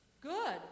Good